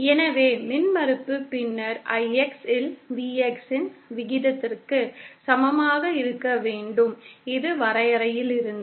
எனவே மின்மறுப்பு பின்னர் Ix இல் Vx இன் விகிதத்திற்கு சமமாக இருக்க வேண்டும் இது வரையறையிலிருந்து